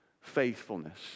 Faithfulness